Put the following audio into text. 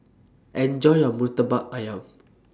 Enjoy your Murtabak Ayam